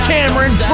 Cameron